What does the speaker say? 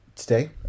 Today